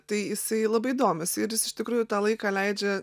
tai jisai labai domisi ir jis iš tikrųjų tą laiką leidžia